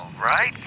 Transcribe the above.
Right